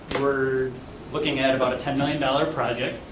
were looking at about a ten million dollar project.